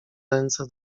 ręce